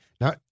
Now